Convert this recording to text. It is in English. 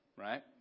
right